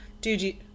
dude